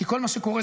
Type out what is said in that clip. כי כל מה שקורה,